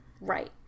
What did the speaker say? Right